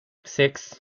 six